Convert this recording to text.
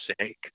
sake